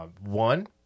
One